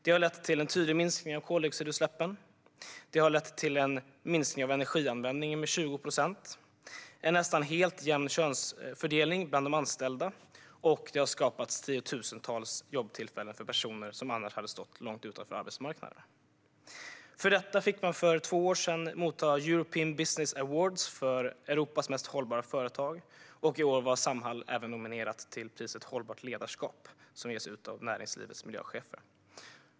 Det har lett till en tydlig minskning av koldioxidutsläppen, till en minskning med 20 procent av energianvändningen och till en nästan helt jämn könsfördelning bland de anställda, och det har skapats tiotusentals jobbtillfällen för personer som annars hade stått långt utanför arbetsmarknaden. För detta fick man för två år sedan ta emot European Business Awards för Europas mest hållbara företag, och i år var Samhall även nominerat till priset Hållbart Ledarskap som delas ut av näringslivets miljöchefer.